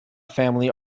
family